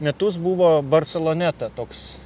metus buvo barseloneta toks